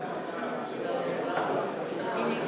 אקוניס ויצחק וקנין לסגנים ליושב-ראש הכנסת